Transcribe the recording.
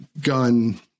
gun